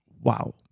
wow